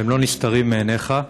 שהם לא נסתרים מעיניך,